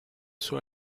suo